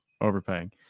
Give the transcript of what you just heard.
overpaying